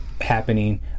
happening